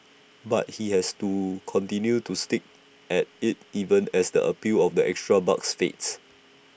but he has to continued to stick at IT even as the appeal of the extra bucks fades